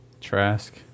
Trask